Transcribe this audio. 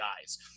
guys